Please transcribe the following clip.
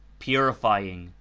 purifying,